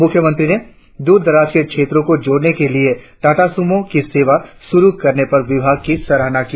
मुख्यमंत्री ने दूर दराज के क्षेत्रों को जोड़ने के लिए टाटा सुमों की सेवा शुरु करने पर विभाग की सराहना की